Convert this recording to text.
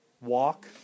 Walk